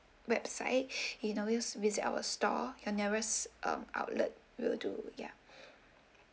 website you can always visit our store the nearest um outlet will do ya